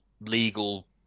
legal